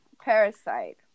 Parasite